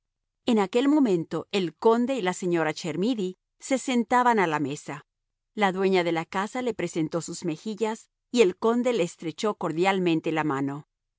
en aquel momento el conde y la señora chermidy se sentaban a la mesa la dueña de la casa le presentó sus mejillas y el conde le estrechó cordialmente la mano